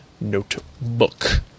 Notebook